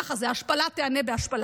ככה זה, השפלה תיענה בהשפלה.